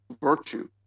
virtue